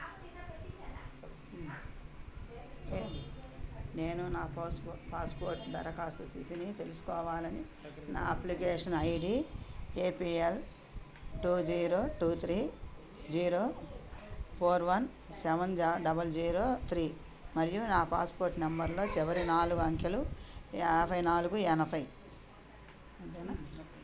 నేను నా పాస్పో పాస్పోర్ట్ దరకఖాస్తు స్థితిని తెలుసుకొవాలని నా application ID APL two zero two three zero four one seven జా డబుల్ జీరో త్రీ మరియు నా పాస్పోర్ట్ నంబర్లో చివరి నాలుగు అంకెలు యాభై నాలుగు ఎనభై